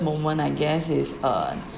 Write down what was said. moment I guess is uh